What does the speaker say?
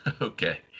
Okay